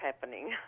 happening